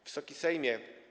Wysoki Sejmie!